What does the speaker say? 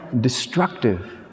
destructive